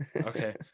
Okay